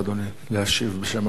להשיב בשם הממשלה.